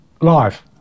live